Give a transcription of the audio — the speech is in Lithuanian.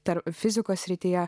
tarp fizikos srityje